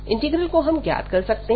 integral को हम ज्ञात कर सकते हैं